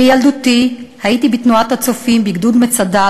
בילדותי הייתי בתנועת "הצופים" בגדוד "מצדה".